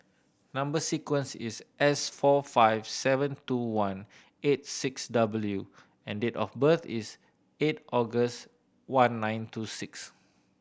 number sequence is S four five seven two one eight six W and date of birth is eight August one nine two six